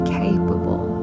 capable